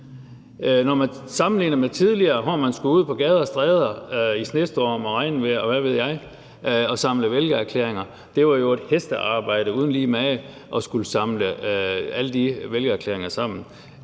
Når man sammenligner med tidligere, hvor man skulle ud på gader og stræder i snestorm og regnvejr, og hvad ved jeg, og indsamle vælgererklæringer, var det jo et hestearbejde uden lige at skulle indsamle alle de vælgererklæringer.